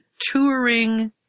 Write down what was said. touring